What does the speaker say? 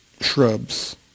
shrubs